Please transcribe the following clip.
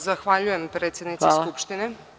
Zahvaljujem predsednice Skupštine.